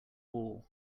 wall